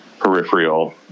peripheral